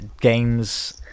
games